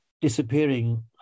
disappearing